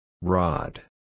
Rod